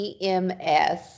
EMS